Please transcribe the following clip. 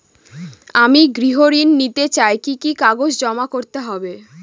আমি গৃহ ঋণ নিতে চাই কি কি কাগজ জমা করতে হবে?